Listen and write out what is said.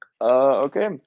Okay